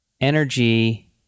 energy